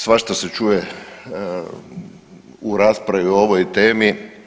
Svašta se čuje u raspravi o ovoj temi.